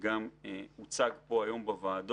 גם הוצג פה היום בוועדות.